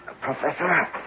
Professor